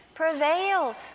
Prevails